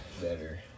Better